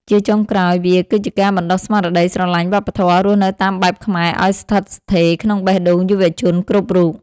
ជាចុងក្រោយ វាគឺជាការបណ្ដុះស្មារតីស្រឡាញ់វប្បធម៌រស់នៅតាមបែបខ្មែរឱ្យស្ថិតស្ថេរក្នុងបេះដូងយុវជនគ្រប់រូប។